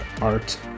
art